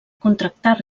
contractar